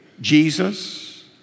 Jesus